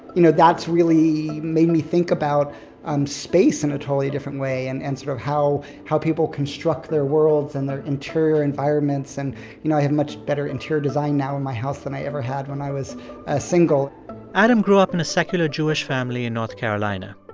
you know, that's really made me think about um space in a totally different way and and sort of how how people construct their worlds and their interior environments. and, you know, i have much better interior design now in my house than i ever had when i was ah single adam grew up in a secular jewish family in north carolina.